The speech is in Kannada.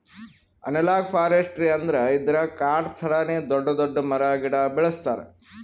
ಅನಲಾಗ್ ಫಾರೆಸ್ಟ್ರಿ ಅಂದ್ರ ಇದ್ರಾಗ್ ಕಾಡ್ ಥರಾನೇ ದೊಡ್ಡ್ ದೊಡ್ಡ್ ಮರ ಗಿಡ ಬೆಳಸ್ತಾರ್